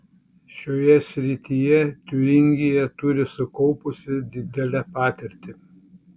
šioje srityje tiūringija turi sukaupusi didelę patirtį